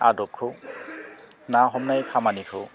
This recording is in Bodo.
आदबखौ ना हमनाय खामानिखौ